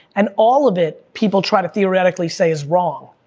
and all of it, people try to theoretically say is wrong.